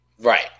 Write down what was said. Right